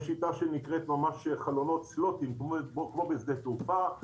יש שיטה שנקראת חלונות סלוטים, כמו בשדה תעופה.